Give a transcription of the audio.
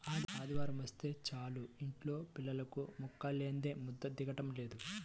ఆదివారమొస్తే చాలు యింట్లో పిల్లలకు ముక్కలేందే ముద్ద దిగటం లేదు